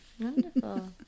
Wonderful